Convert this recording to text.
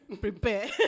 Prepare